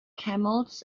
camels